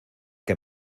que